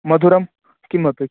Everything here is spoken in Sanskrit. मधुरं किमपि